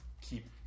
keep